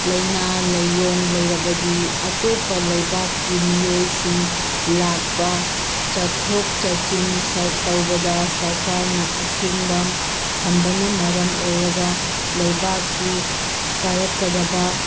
ꯂꯩꯅꯥ ꯂꯥꯏꯌꯣꯡ ꯂꯩꯔꯕꯗꯤ ꯑꯇꯣꯞꯄ ꯂꯩꯕꯥꯛꯀꯤ ꯃꯤꯑꯣꯏꯁꯤꯡ ꯂꯥꯛꯄ ꯆꯠꯊꯣꯛ ꯆꯠꯁꯤꯟ ꯇꯧꯕꯗ ꯁꯔꯀꯥꯔꯅ ꯑꯊꯤꯡꯕ ꯊꯝꯕꯅ ꯃꯔꯝ ꯑꯣꯏꯔꯒ ꯂꯩꯕꯥꯛꯀꯤ ꯀꯥꯔꯛꯀꯗꯕ